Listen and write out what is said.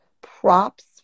props